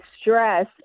stress